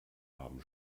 haben